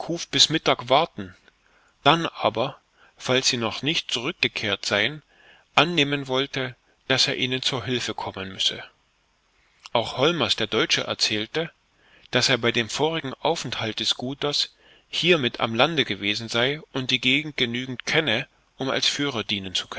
bis mittag warten dann aber falls sie noch nicht zurückgekehrt seien annehmen wollte daß er ihnen zu hilfe kommen müsse auch holmers der deutsche erzählte daß er bei dem vorigen aufenthalte schooter's hier mit am lande gewesen sei und die gegend genügend kenne um als führer dienen